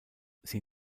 sie